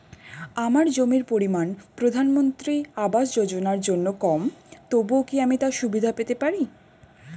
আমার জমির পরিমাণ প্রধানমন্ত্রী আবাস যোজনার জন্য কম তবুও কি আমি তার সুবিধা পেতে পারি?